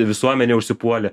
visuomenė užsipuolė